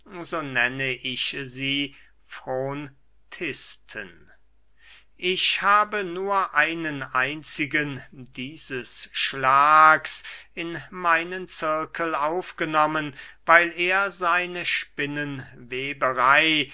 nenne ich sie frontisten ich habe nur einen einzigen dieses schlags in meinen zirkel aufgenommen weil er seine spinnenweberey